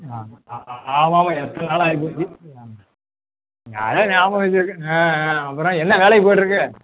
ஆ ஆ ஆ ஆமாம் ஆமாம் எத்தனை நாள் ஆகிப்போச்சி அதெலாம் ஞாபகம் வச்சுருக்க ஆ ஆ அப்புறம் என்ன வேலைக்கு போயிட்டிருக்கு